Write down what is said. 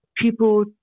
people